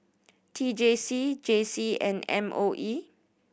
T J C J C and M O E